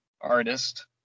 artist